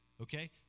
Okay